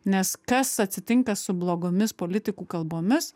nes kas atsitinka su blogomis politikų kalbomis